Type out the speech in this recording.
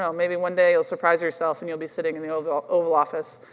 um maybe one day you'll surprise yourself and you'll be sitting in the oval oval office,